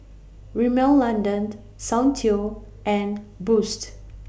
Rimmel London Soundteoh and Boost